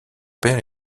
père